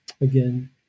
again